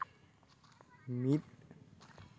ᱢᱤᱫ